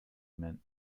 meant